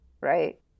right